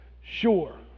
sure